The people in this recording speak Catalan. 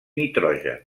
nitrogen